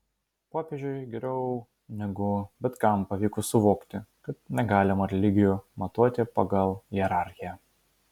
popiežiui geriau negu bet kam pavyko suvokti kad negalima religijų matuoti pagal hierarchiją